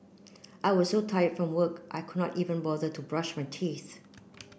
I was so tired from work I could not even bother to brush my teeth